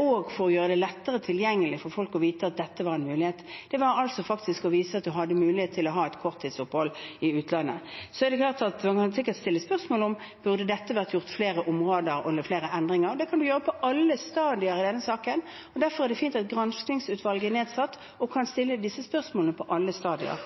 også for å gjøre det lettere tilgjengelig for folk å vite at dette var en mulighet – det var faktisk å vise at man hadde mulighet til å ha et korttidsopphold i utlandet. Det er klart at man sikkert kan stille spørsmål om dette burde vært gjort på flere områder, flere endringer. Det kan man gjøre på alle stadier i denne saken. Derfor er det fint at et granskingsutvalg er satt ned og kan stille disse spørsmålene på alle stadier.